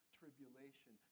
tribulation